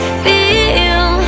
feel